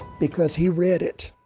because he read it.